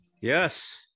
Yes